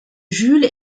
jules